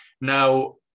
Now